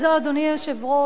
אדוני היושב-ראש,